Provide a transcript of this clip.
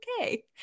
okay